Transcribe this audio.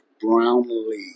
Brownlee